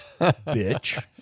bitch